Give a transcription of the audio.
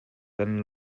kan